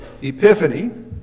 Epiphany